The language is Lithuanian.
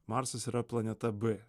marsas yra planeta b